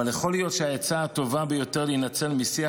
אבל יכול להיות שהעצה הטובה ביותר להינצל משיח